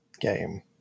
game